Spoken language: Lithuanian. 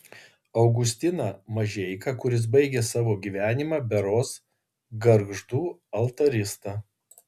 augustiną mažeiką kuris baigė savo gyvenimą berods gargždų altarista